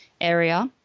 area